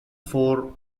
for